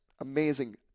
Amazing